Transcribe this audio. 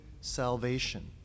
salvation